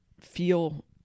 feel